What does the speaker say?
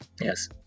Yes